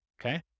Okay